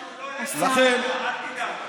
לכן, רבותיי,